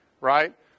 right